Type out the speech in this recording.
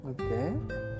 Okay